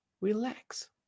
Relax